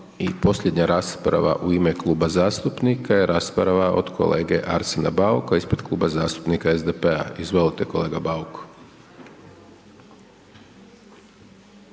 I posljednja rasprava u ime kluba zastupnika je rasprava od kolege Arsena Bauka ispred kluba zastupnika SDP-a, izvolite kolega Bauk.